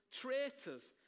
traitors